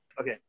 Okay